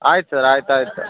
ಆಯ್ತು ಸರ್ ಆಯ್ತು ಆಯ್ತು